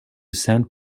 saint